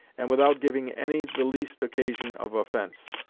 and without giving any the least occasion of offence.